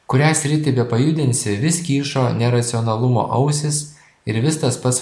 kurią sritį bepajudinsi vis kyšo neracionalumo ausys ir vis tas pas